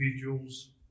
individuals